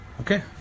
okay